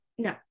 No